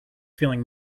feeling